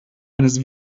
eines